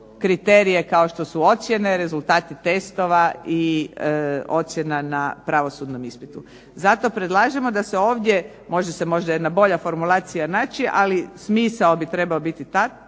kriterije kao što su ocjene, rezultati testova i ocjena na pravosudnom ispitu. Zato predlažemo da se ovdje može se možda jedna bolja formulacija naći ali smisao bi trebao biti taj.